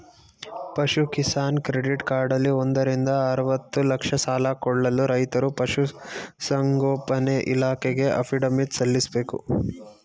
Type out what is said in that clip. ಪಶು ಕಿಸಾನ್ ಕ್ರೆಡಿಟ್ ಕಾರ್ಡಲ್ಲಿ ಒಂದರಿಂದ ಅರ್ವತ್ತು ಲಕ್ಷ ಸಾಲ ಕೊಳ್ಳಲು ರೈತ ಪಶುಸಂಗೋಪನೆ ಇಲಾಖೆಗೆ ಅಫಿಡವಿಟ್ ಸಲ್ಲಿಸ್ಬೇಕು